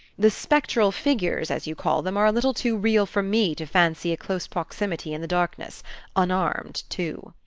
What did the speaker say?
the spectral figures, as you call them, are a little too real for me to fancy a close proximity in the darkness unarmed, too.